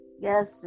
Yes